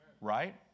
right